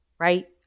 right